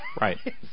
Right